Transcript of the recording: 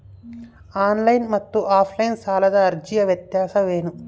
Online ಮತ್ತು offline ಸಾಲದ ಅರ್ಜಿಯ ವ್ಯತ್ಯಾಸ ಏನು?